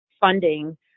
funding